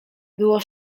było